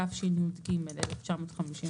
התשי"ג-1953,